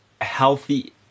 healthy